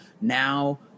now